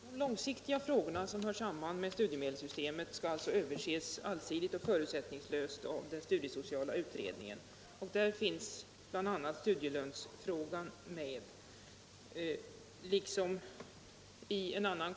Herr talman! De långsiktiga frågor som hör samman med studiemedelssystemet skall ses över allsidigt och förutsättningslöst av studiesociala utredningen, och där finns bl.a. studielönefrågan med liksom bidragsdelens storlek.